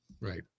right